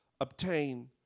obtain